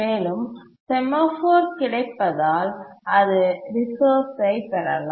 மேலும் செமாஃபோர் கிடைப்பதால் அது ரிசோர்ஸ்ஐ பெறலாம்